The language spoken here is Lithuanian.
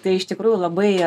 tai iš tikrųjų labai